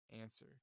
answer